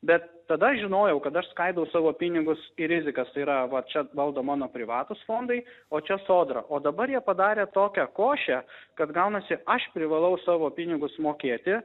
bet tada aš žinojau kad aš skaidau savo pinigus į rizikas tai yra va čia valdo mano privatūs fondai o čia sodra o dabar jie padarė tokią košę kad gaunasi aš privalau savo pinigus mokėti